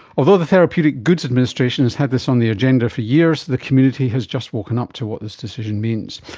although the therapeutic goods administration has had this on the agenda for years, the community has just woken up to what this decision means.